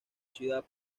ciudad